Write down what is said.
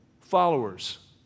followers